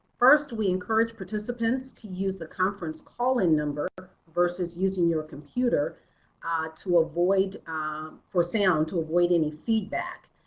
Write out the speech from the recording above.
first we encourage participants to use the conference calling number versus using your computer ah to avoid for sound to avoid any feedback.